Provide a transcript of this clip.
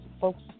folks